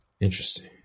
Interesting